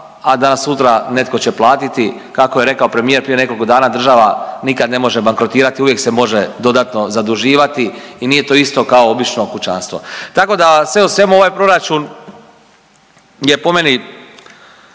a danas sutra netko će platiti kako je rekao premijer prije nekoliko dana država nikad ne može bankrotirati, uvijek se može dodatno zaduživati i nije to isto kao obično kućanstvo. Tako da sve u svemu ovaj proračun je po meni